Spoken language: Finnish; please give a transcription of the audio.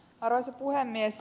arvoisa puhemies